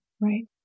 Right